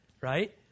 right